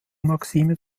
maxime